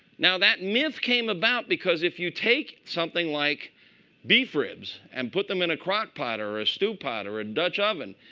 now, that may have came about because if you take something like beef ribs and put them in a crockpot or or a stew pot or a dutch oven,